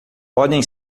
podem